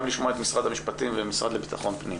לשמוע את משרד המשפטים והמשרד לביטחון פנים.